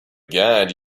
guide